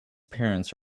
parents